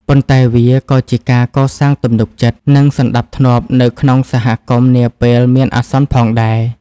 ប៉ុន្តែវាក៏ជាការកសាងទំនុកចិត្ត និងសណ្ដាប់ធ្នាប់នៅក្នុងសហគមន៍នាពេលមានអាសន្នផងដែរ។